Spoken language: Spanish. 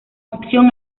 opción